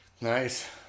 Nice